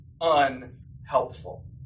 unhelpful